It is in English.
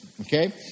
Okay